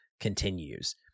continues